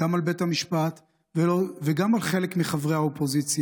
גם על בית המשפט וגם על חלק מחברי האופוזיציה,